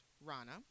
Rana